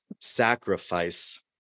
sacrifice